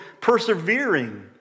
persevering